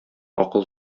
акыл